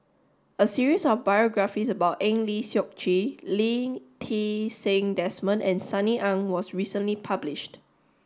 a series of biographies about Eng Lee Seok Chee Lee Ti Seng Desmond and Sunny Ang was recently published